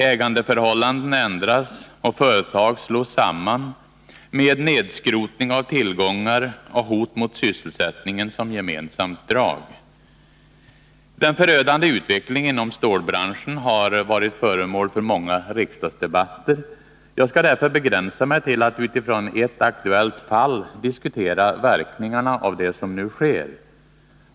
Ägandeförhållanden ändras, och företag slås samman — med nedskrotning av tillgångar och hot mot sysselsättningen som gemensamt drag. Den förödande utvecklingen inom stålbranschen har varit föremål för många riksdagsdebatter. Jag skall därför begränsa mig till att utifrån ett aktuellt fall diskutera verkningarna av det som nu sker.